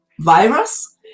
virus